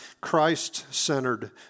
Christ-centered